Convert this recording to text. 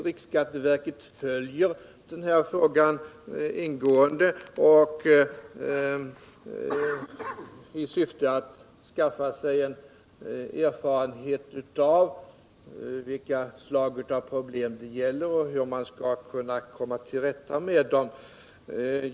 Riksskatteverket följer frågan ingående i syfte att skaffa sig erfarenhet av vilka slag av problem som 193 finns och hur man skall komma till rätta med dem.